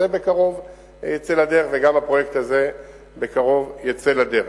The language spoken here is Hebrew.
בקרוב יצא לדרך וגם הפרויקט הזה בקרוב יצא לדרך.